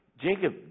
Jacob